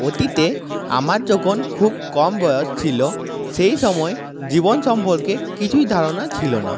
অতীতে আমার যখন খুব কম বয়স ছিল সেই সময়ে জীবন সম্পর্কে কিছুই ধারণা ছিল না